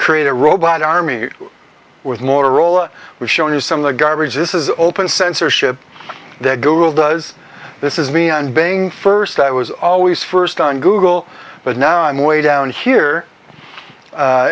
create a robot army with motorola we've shown you some of the garbage this is open censorship that google does this is me and being first i was always first on google but now i'm way down here